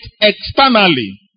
externally